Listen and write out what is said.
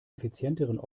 effizienteren